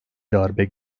darbe